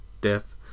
death